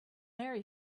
marry